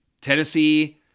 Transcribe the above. Tennessee